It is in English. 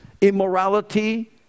immorality